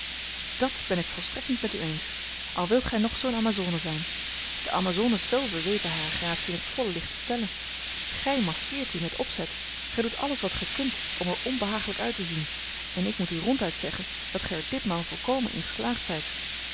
dat ben ik volstrekt niet met u eens al wilt gij nog zoo'n amazone zijn de amazones zelven weten hare gratie in t volle licht te stellen gij maskeert die met opzet gij doet alles wat gij kunt om er onbehagelijk uit te zien en ik moet u ronduit zeggen dat gij er ditmaal volkomen in geslaagd zijt